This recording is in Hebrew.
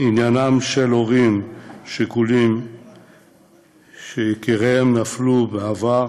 שעניינם של הורים שכולים שיקיריהם נפלו בעבר